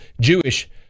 Jewish